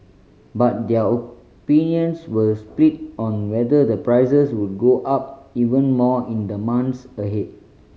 but their opinions were split on whether the prices would go up even more in the months ahead